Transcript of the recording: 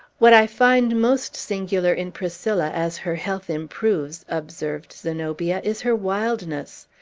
what i find most singular in priscilla, as her health improves, observed zenobia, is her wildness.